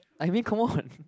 I mean come on